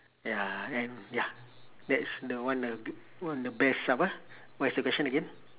ya and ya that's the one of b~ one of the best stuff ah what is the question again